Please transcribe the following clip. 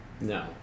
No